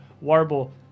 Warble